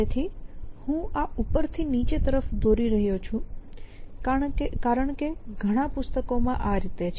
તેથી હું આ ઉપર થી નીચે તરફ દોરી રહ્યો છું કારણ કે ઘણા પુસ્તકો માં આ રીતે છે